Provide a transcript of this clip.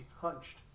hunched